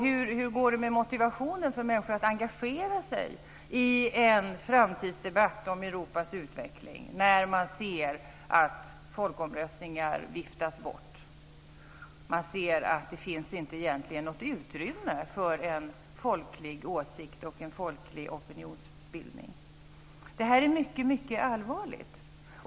Hur går det med motivationen för människor att engagera sig i en framtidsdebatt om Europas utveckling när man ser att folkomröstningar viftas bort, man ser att det egentligen inte finns något utrymme för en folklig åsikt och en folklig opinionsbildning? Det här är mycket allvarligt.